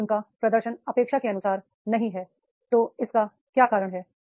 यदि उनका प्रदर्शन अपेक्षा के अनुसार नहीं है तो इसका क्या कारण है